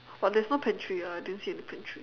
but there's no pantry lah I didn't see any pantry